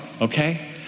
okay